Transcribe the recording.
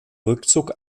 rückzug